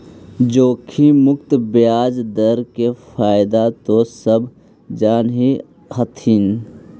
जोखिम मुक्त ब्याज दर के फयदा तो सब जान हीं हथिन